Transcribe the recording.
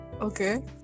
Okay